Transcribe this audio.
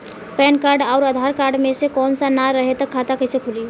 Pan card आउर Aadhaar card मे से कोई ना रहे त खाता कैसे खुली?